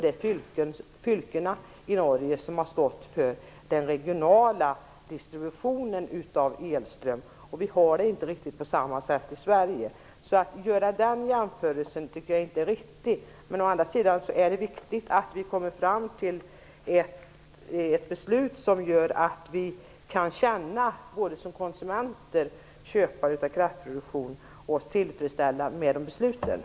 Det är fylkena i Norge som har stått för den regionala distributionen av elström. Det är inte riktigt på samma sätt i Sverige. Den jämförelsen tycker jag därför inte är riktig. Å andra sidan är det viktigt att man kommer fram till ett beslut som gör att vi, som konsumenter och köpare av kraftproduktion, kan känna oss tillfredsställda.